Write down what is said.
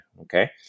Okay